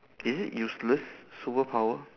is it useless superpower